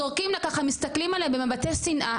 זורקים לה, ככה, מסתכלים עליה במבטי שנאה.